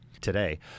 today